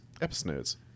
episodes